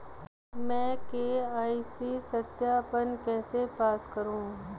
मैं के.वाई.सी सत्यापन कैसे पास करूँ?